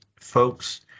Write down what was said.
folks